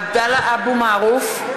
עבדאללה אבו מערוף,